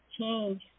change